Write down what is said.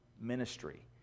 ministry